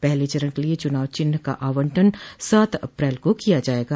पहले चरण के लिए चुनाव चिन्ह का आवंटन सात अप्रल को किया जायेगा